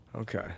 Okay